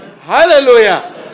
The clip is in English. Hallelujah